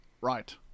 Right